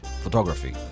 photography